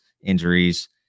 injuries